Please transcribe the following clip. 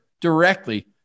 directly